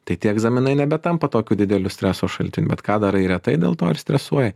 tai tie egzaminai nebetampa tokiu dideliu streso šaltiniu bet ką darai retai dėl to ir stresuoji